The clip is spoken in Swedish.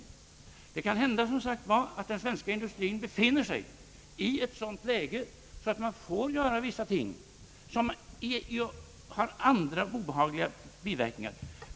Det kan som sagt hända att den svenska industrien befinner sig i ett sådant läge att vi måste göra vissa saker som har obetagliga biverkningar.